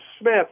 Smith